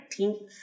19th